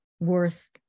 Worth